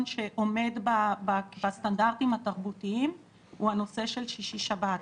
שעומד בסטנדרטיים התרבותיים הוא הנושא של שישי שבת.